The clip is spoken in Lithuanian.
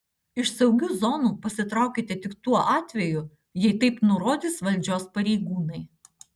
iš saugių zonų pasitraukite tik tuo atveju jei taip nurodys valdžios pareigūnai